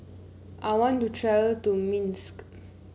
I want to travel to Minsk